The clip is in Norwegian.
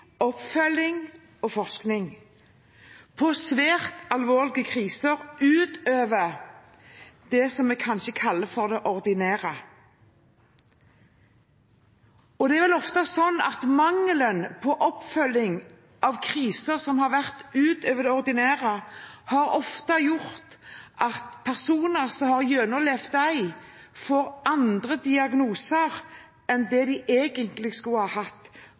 oppfølging og forskning på svært alvorlige kriser utover det som vi kanskje kaller det ordinære. Det er vel ofte sånn at mangelen på oppfølging av kriser som har vært utover det ordinære, har gjort at personer som har gjennomlevd dem, får andre diagnoser enn det de egentlig skulle ha hatt,